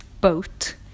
boat